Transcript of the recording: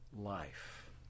life